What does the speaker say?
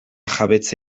jabetza